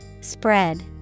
Spread